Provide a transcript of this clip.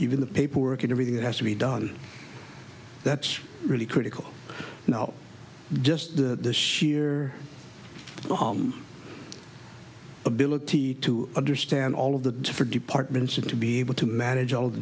even the paperwork and everything that has to be done that's really critical you know just the sheer home ability to understand all of the different departments and to be able to manage all the